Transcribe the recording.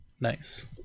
Nice